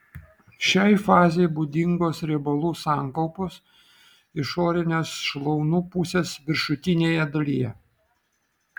šiai fazei būdingos riebalų sankaupos išorinės šlaunų pusės viršutinėje dalyje